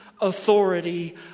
authority